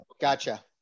Gotcha